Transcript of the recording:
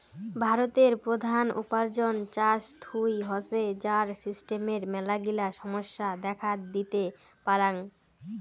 ভারতের প্রধান উপার্জন চাষ থুই হসে, যার সিস্টেমের মেলাগিলা সমস্যা দেখাত দিতে পারাং